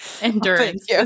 endurance